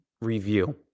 review